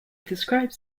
describes